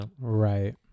Right